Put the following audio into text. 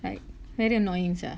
like very annoying sia